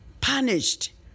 punished